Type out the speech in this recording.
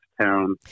town